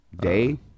day